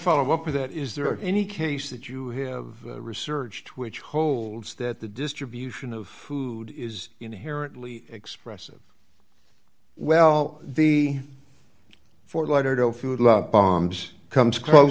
follow up with that is there any case that you have researched which holds that the distribution of food is inherently expressive well the fort lauderdale food love bombs comes close